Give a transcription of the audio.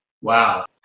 Wow